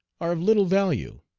are of little value.